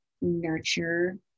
nurture